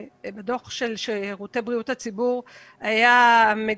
בדוח של שירותי בריאות הציבור היה מגמתי.